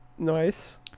Nice